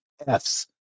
Fs